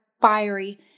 fiery